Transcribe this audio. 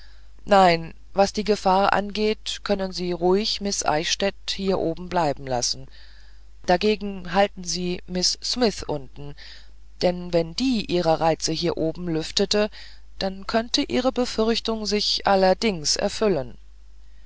nein was die gefahr angeht können sie ruhig miß eichstädt hier oben bleiben lassen dagegen halten sie miß smith unten denn wenn die ihre reize hier oben lüftete dann könnte ihre befürchtung sich allerdings erfüllen